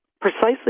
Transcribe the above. precisely